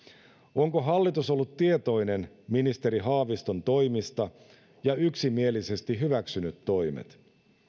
onko hallitus ollut tietoinen ministeri haaviston toimista ja yksimielisesti hyväksynyt toimet